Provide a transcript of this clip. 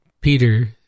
Peter